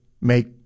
make